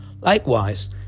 Likewise